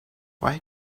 why